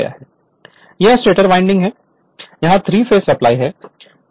Refer Slide Time 2113 यह stator winding है यहथ्री फेज सप्लाई है